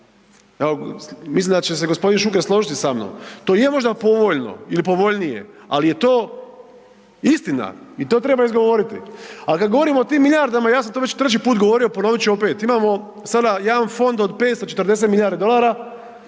mislim da će se g. Šuker složiti sa mnom. To je možda povoljno ili povoljnije, ali je to istina i to treba izgovoriti. Al kad govorimo o tim milijardama, ja sam to već treći put govorio, ponovit ću opet. Imamo sada jedan fond od 540 milijardi dolara,